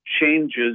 changes